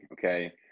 Okay